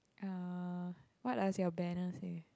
uh what does your banner say